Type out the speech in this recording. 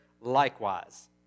likewise